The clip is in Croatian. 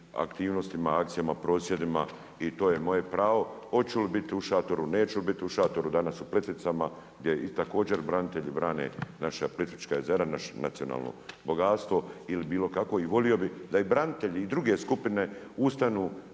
aktivnostima, akcijama prosvjedima i to je moje pravo, hoću li biti u šatoru, neću li bit u šatoru danas u Plitvicama, gdje i također branitelji brane naša Plitvička jezera, naše nacionalno bogatstvo ili bilo kakvo i volio bi da i branitelji i druge skupine ustanu,